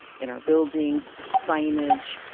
in our buildings, signage,